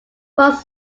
first